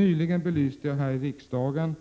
Nyligen belyste jag här i riksdagen